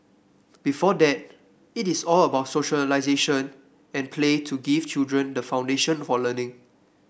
before that it is all about socialisation and play to give children the foundation for learning